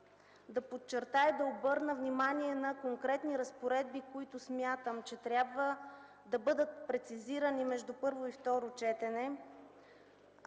да подчертая, да обърна внимание на конкретни разпоредби, които съм на мнение, че трябва да бъдат прецизирани между първо и второ четене